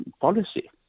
policy